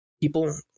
people